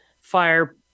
fire